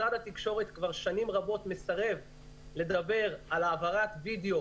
משרד התקשורת כבר שנים רבות מסרב לדבר על העברת וידאו